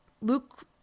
Luke